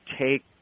take